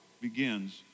begins